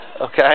Okay